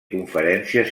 conferències